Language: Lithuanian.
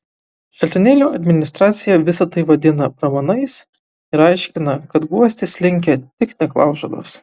šaltinėlio administracija visa tai vadina pramanais ir aiškina kad guostis linkę tik neklaužados